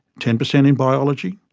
ten percent in biology,